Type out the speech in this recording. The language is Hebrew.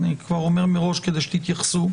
אני כבר אומר מראש כדי שתתייחסו.